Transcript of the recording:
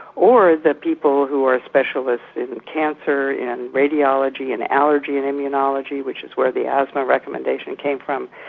or the people who are specialists in cancer, in radiology, in allergy and immunology, which is where the asthma recommendation came from.